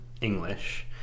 English